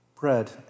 bread